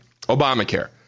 Obamacare